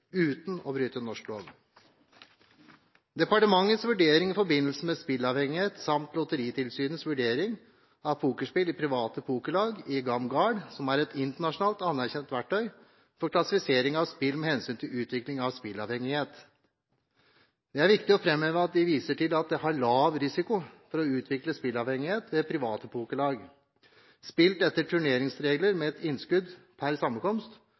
uten å bryte norsk lov. Departementets vurdering i forbindelse med spilleavhengighet samt Lotteritilsynets vurdering av pokerspill i private pokerlag i GAM-GaRD, som er et internasjonalt anerkjent verktøy for klassifisering av spill med hensyn til utvikling av spilleavhengighet, er at det er lav risiko for å utvikle spilleavhengighet ved private pokerlag, spilt etter turneringsregler med ett innskudd per sammenkomst